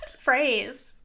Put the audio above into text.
phrase